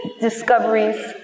discoveries